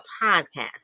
podcast